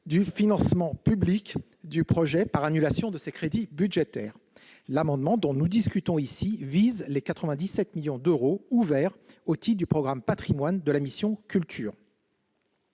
du financement public du projet par annulation de ces crédits budgétaires. Le présent amendement vise les 97 millions d'euros ouverts au titre du programme « Patrimoines » de la mission « Culture